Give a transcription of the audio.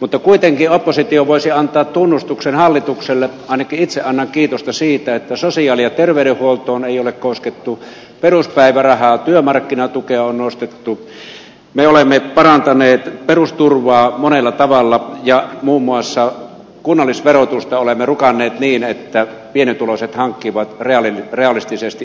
mutta kuitenkin oppositio voisi antaa tunnustuksen hallitukselle ainakin itse annan kiitosta siitä että sosiaali ja terveydenhuoltoon ei ole koskettu peruspäivärahaa työmarkkinatukea on nostettu me olemme parantaneet perusturvaa monella tavalla ja muun muassa kunnallisverotusta olemme rukanneet niin että pienituloiset hankkivat reaalisesti enemmän